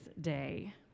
Day